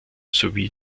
sowie